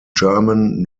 german